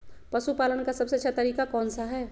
पशु पालन का सबसे अच्छा तरीका कौन सा हैँ?